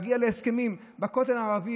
להגיע להסכמים בכותל הערבי,